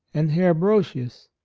and herr brosius.